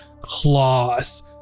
claws